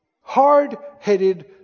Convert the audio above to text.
Hard-headed